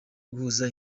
guhuza